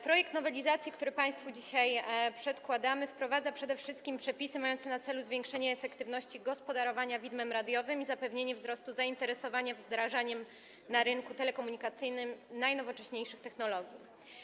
Projekt nowelizacji, który państwu dzisiaj przedkładamy, wprowadza przede wszystkim przepisy mające na celu zwiększenie efektywności gospodarowania widmem radiowym i zapewnienie wzrostu zainteresowania wdrażaniem na rynku telekomunikacyjnym najnowocześniejszych technologii.